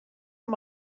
amb